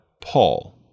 Paul